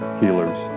healers